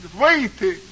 waiting